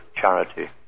charity